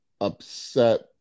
Upset